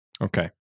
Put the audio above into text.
Okay